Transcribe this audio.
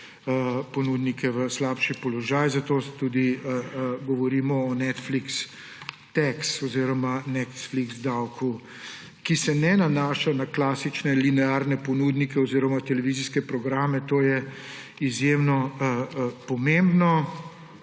ponudnike v slabši položaj. Zato tudi govorimo o Netflix tax oziroma Netflix davku, ki se ne nanaša na klasične linearne ponudnike oziroma televizijske programe, kar je izjemno pomembno.